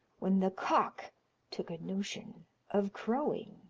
when the cock took a notion of crowing.